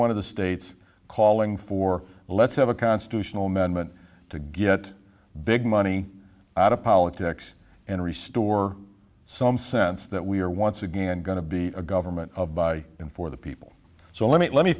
one of the states calling for let's have a constitutional amendment to get big money out of politics and restore some sense that we are once again going to be a government of by and for the people so let me let me